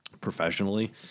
professionally